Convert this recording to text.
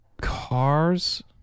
Cars